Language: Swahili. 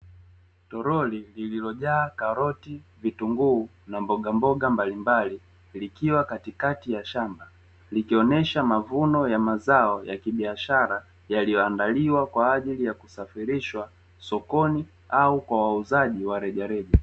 Toroli lilojaa mbogamboga mbalimbali yaliyoandaliwa